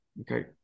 Okay